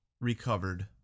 Recovered